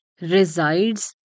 resides